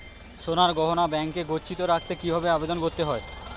সোনার গহনা ব্যাংকে গচ্ছিত রাখতে কি ভাবে আবেদন করতে হয়?